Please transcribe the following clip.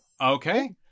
Okay